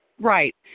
Right